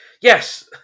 Yes